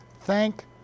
thank